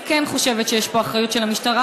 אני כן חושבת שיש פה אחריות של המשטרה,